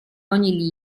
ogni